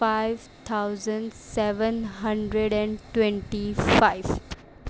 five thousand seven hundred and twenty five